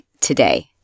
today